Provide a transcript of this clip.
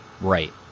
Right